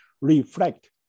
reflect